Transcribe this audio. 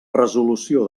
resolució